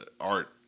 art